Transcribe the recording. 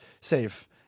safe